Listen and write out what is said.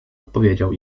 odpowiedział